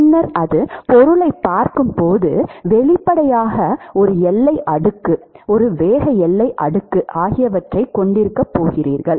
பின்னர் அது பொருளைப் பார்க்கும்போது வெளிப்படையாக நீங்கள் ஒரு எல்லை அடுக்கு ஒரு வேக எல்லை அடுக்கு ஆகியவற்றைக் கொண்டிருக்கப் போகிறீர்கள்